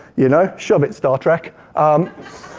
you know, shove it star trek um